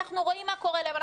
אנחנו רואים מה קורה להם.